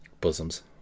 Bosoms